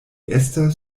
estas